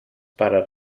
para